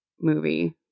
movie